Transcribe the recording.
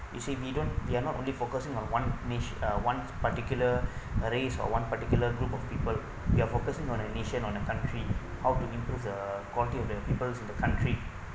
usually we don't we are not only focusing on one batch uh one particular arrays or one particular group of people we are focusing on a nation on the country how to improve the quality of their people in the country